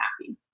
happy